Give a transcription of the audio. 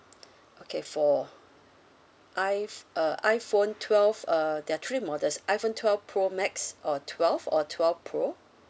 okay for i~ uh iphone twelve uh there are three models iphone twelve pro max or twelve or twelve pro